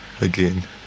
Again